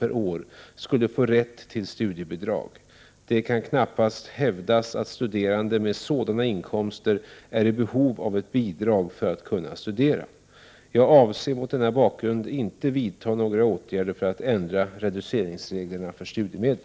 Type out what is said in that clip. per år skulle få rätt till studiebidrag. Det kan knappast hävdas att studerande med sådana inkomster är i behov av ett bidrag för att kunna studera. Jag avser mot denna bakgrund inte vidta några åtgärder för att ändra reduceringsreglerna för studiemedel.